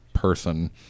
person